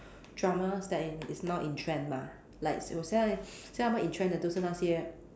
dramas that in is now in trend mah like 有现在现在它们 in trend 的都是那些